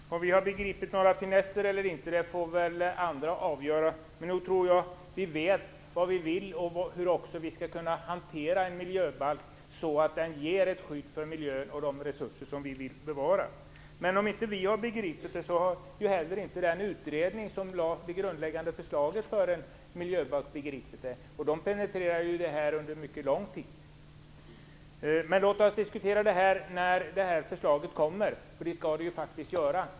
Fru talman! Om vi har begripit några finesser eller inte får andra avgöra. Men jag tror nog att vi vet vad vi vill och hur vi skall kunna hantera en miljöbalk så att den ger ett skydd för miljön och de resurser som vi vill bevara. Men om inte vi har begripit detta, har inte heller den utredning som lade fram det grundläggande förslaget till en miljöbalk begripit det. Och de penetrerade ju det här under mycket lång tid. Men låt oss diskutera detta när förslaget kommer. Det skall det ju faktiskt göra.